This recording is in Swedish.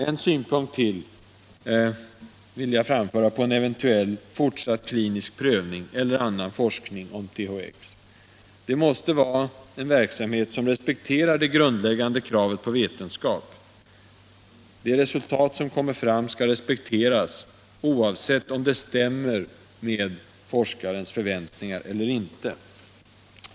Jag vill framföra ytterligare en synpunkt på en eventuell fortsatt klinisk prövning av THX eller på annan forskning om preparatet. Det måste vara en verksamhet som respekterar det grundläggande kravet på vetenskap. De resultat som kommer fram skall respekteras, oavsett om de stämmer med forskarens förväntningar eller inte.